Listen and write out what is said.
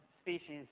species